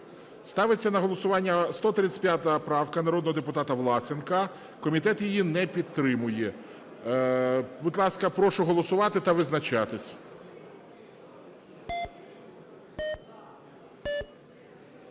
Ставиться на голосування 135 правка народного депутата Власенка. Комітет її не підтримує. Будь ласка, прошу голосувати та визначатись. 16:53:14